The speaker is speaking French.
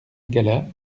gala